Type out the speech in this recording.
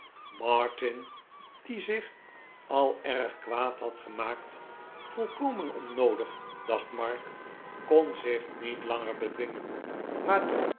martin die zich al erg kwaad had gemaakt volkomen onnoodig dacht mark kon zich niet langer bedwingen maar drong